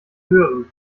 höheren